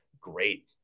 great